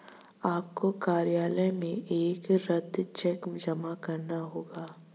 आपको कार्यालय में एक रद्द चेक जमा करना होगा